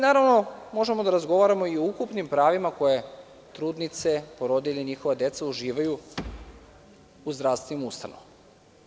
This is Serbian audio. Naravno možemo da razgovaramo i o ukupnim pravima koja trudnice, porodilje i njihova deca uživaju u zdravstvenim ustanovama.